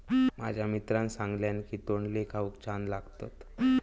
माझ्या मित्रान सांगल्यान की तोंडली खाऊक छान लागतत